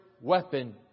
weapon